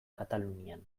katalunian